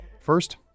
First